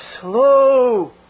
slow